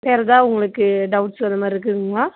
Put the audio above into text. வேறு எதாவது உங்களுக்கு டவுட்ஸ் அது மாதிரி இருக்குங்களா